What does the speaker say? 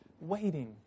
waiting